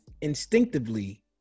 instinctively